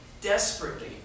desperately